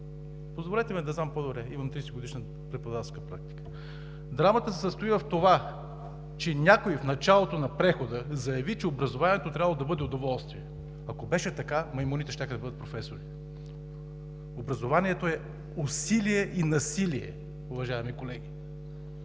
Позволете ми да знам по-добре – имам 30-годишна преподавателска практика. Драмата се състои в това, че някой в началото на прехода заяви, че образованието трябвало да бъде удоволствие. Ако беше така, маймуните щяха да бъдат професори. Образованието е усилие и насилие, уважаеми колеги.